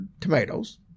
tomatoes